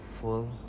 full